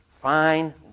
Fine